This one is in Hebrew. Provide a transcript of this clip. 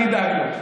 אני אדאג לו.